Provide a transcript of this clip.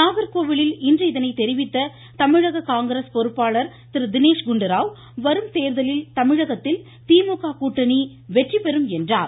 நாகர்கோவிலில் இன்று இதனை தெரிவித்த தமிழக காங்கிரஸ் பொறுப்பாளர் திரு தினேஷ் குண்டுராவ் வரும் தேர்தலில் தமிழகத்தில் திமுக கூட்டணி இத்தேர்தலில் பெற்றி பெறும் என்றார்